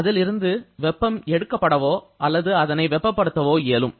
அதில் இருந்து வெப்பம் எடுக்கப்படவோ அல்லது அதனை வெப்பப்படுத்தவோ இயலும்